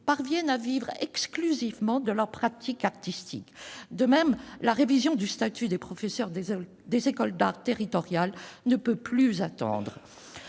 parviennent à vivre exclusivement de leur pratique artistique ! De même, la révision du statut des professeurs des écoles d'art territoriales ne peut plus attendre.